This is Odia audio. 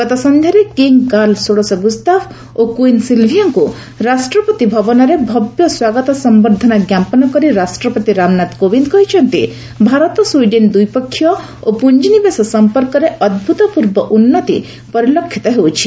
ଗତ ସଂଧ୍ୟାରେ କିଙ୍ଗ କାର୍ଲ ଷୋଡଶ ଗୁସ୍ତାଫ ଓ କୁଇନ୍ ସିଲ୍ଭିଆଙ୍କୁ ରାଷ୍ଟ୍ରପତି ଭବନରେ ଭବ୍ୟ ସ୍ୱାଗତ ସମ୍ଭର୍ଦ୍ଧନା ଜ୍ଞାପନ କରି ରାଷ୍ଟ୍ରପତି ରାମନାଥ କୋବିନ୍ଦ କହିଛନ୍ତି ଭାରତ ସ୍ୱିଡେନ୍ ଦ୍ୱିପକ୍ଷୀୟ ଓ ପୁଞ୍ଜିନିବେଶ ସମ୍ପର୍କରେ ଅଭ୍ତପୂର୍ବ ଉନ୍ନତି ପରିଲକ୍ଷିତ ହେଉଛି